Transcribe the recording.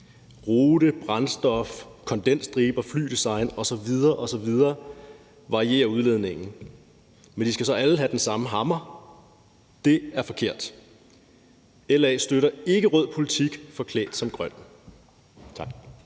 Rute, brændstof, kondensstriber, flydesign osv. osv. giver variation i udledningen, men de skal så alle have med den samme hammer, og det er forkert. LA støtter ikke rød politik forklædt som grøn.